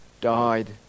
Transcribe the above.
died